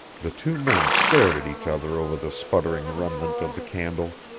the two men stared at each other over the sputtering remnant of the candle.